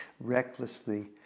recklessly